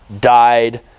died